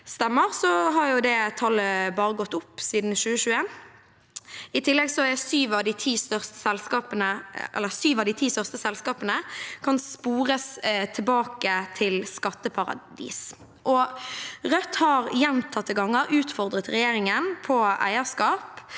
stemmer, har det tallet bare gått opp siden 2021. I tillegg kan syv av de ti største selskapene spores tilbake til skatteparadis. Rødt har gjentatte ganger utfordret regjeringen på eierskap